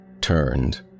turned